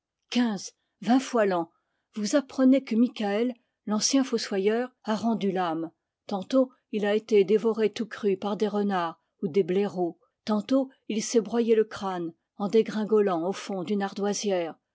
quinze vingt fois l'an vous apprenez que mikaël l'ancien fossoyeur a rendu l'âme tantôt il a été dévoré tout cru par des renards ou des blaireaux tantôt il s'est broyé le crâne en dégringolant au fond d'une ardoisière